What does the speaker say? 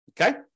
Okay